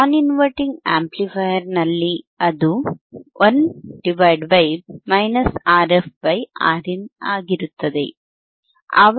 ನಾನ್ inverting amplifier ನಲ್ಲಿ ಅದು 1 R¬f Rin ಆಗಿರುತ್ತದೆ